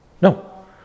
No